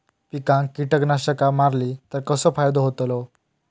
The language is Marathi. पिकांक कीटकनाशका मारली तर कसो फायदो होतलो?